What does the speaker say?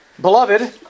Beloved